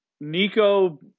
Nico